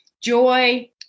joy